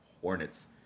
Hornets